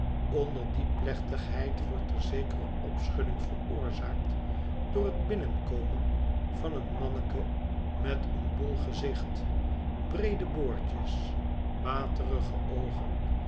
onder die plechtigheid wordt er zekere opschudding veroorzaakt door het binnenkomen van een manneke niet een bol gezicht breede boordjes waterige öogën